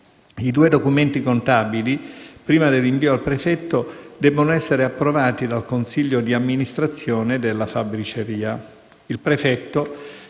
I due documenti contabili, prima dell'invio al prefetto, debbono essere approvati dal consiglio di amministrazione della fabbriceria.